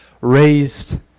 raised